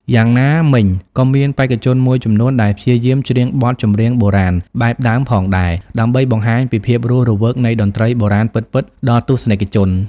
យ៉ាងណាមិញ ក៏មានបេក្ខជនមួយចំនួនដែលព្យាយាមច្រៀងបទចម្រៀងបុរាណបែបដើមផងដែរ ដើម្បីបង្ហាញពីភាពរស់រវើកនៃតន្ត្រីបុរាណពិតៗ ដល់ទស្សនិកជន។